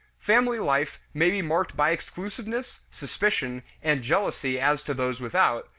family life may be marked by exclusiveness, suspicion, and jealousy as to those without,